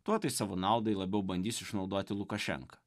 tuo tai savo naudai labiau bandys išnaudoti lukašenka